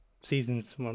seasons